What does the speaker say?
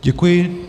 Děkuji.